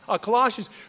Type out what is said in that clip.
Colossians